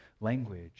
language